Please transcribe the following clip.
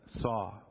saw